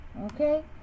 Okay